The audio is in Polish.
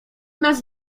nas